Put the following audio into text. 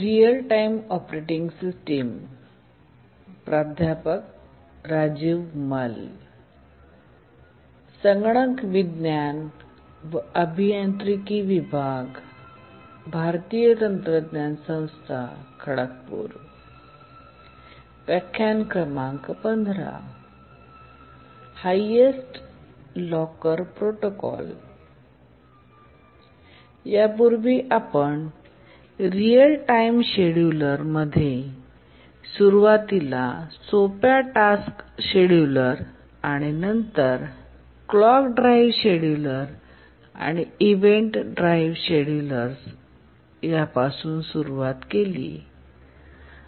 यापूर्वी real time शेड्युलरमध्ये जे सुरुवातीला सोप्या टास्क शेड्यूलर्स नंतर क्लॉक ड्राईव्ह शेड्यूलर आणि इव्हेंट ड्राईव्ह शेड्युलर्सपासून सुरू होते